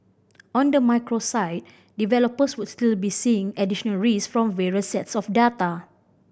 on the macro side developers would still be seeing additional risk from various sets of data